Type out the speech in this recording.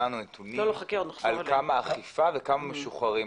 לנו נתונים על כמה האכיפה וכמה משוחררים.